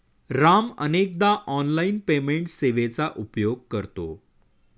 राम अनेकदा online payment सेवेचा उपयोग करतो